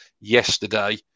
yesterday